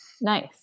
Nice